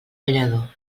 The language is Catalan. ballador